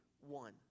one